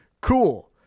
Cool